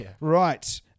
Right